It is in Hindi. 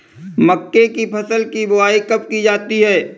मक्के की फसल की बुआई कब की जाती है?